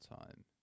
time